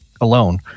alone